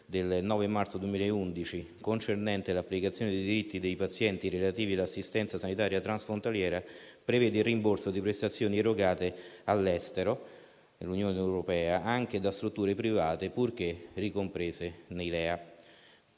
del 9 marzo 2011, concernente l'applicazione dei diritti dei pazienti relativi all'assistenza sanitaria transfrontaliera, prevede il rimborso di prestazioni erogate all'estero, nell'Unione europea, anche da strutture private, purché ricomprese nei LEA.